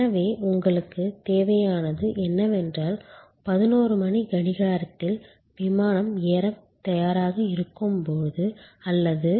எனவே உங்களுக்குத் தேவையானது என்னவென்றால் 11o கடிகாரத்தில் விமானம் ஏறத் தயாராக இருக்கும்போது அல்லது 22